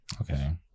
Okay